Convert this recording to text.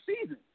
season